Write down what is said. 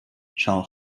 shall